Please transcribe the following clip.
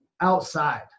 outside